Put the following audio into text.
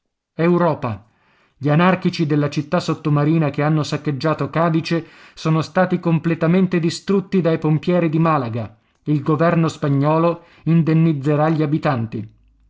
europa gli anarchici della città sottomarina che hanno saccheggiato cadice sono stati completamente distrutti dai pompieri di malaga il governo spagnolo indennizzerà gli abitanti